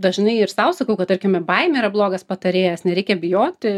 dažnai ir sau sakau kad tarkime baimė yra blogas patarėjas nereikia bijoti